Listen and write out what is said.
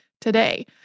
today